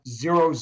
zero